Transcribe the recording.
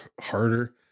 harder